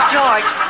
George